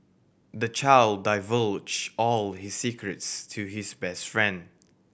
the child divulged all his secrets to his best friend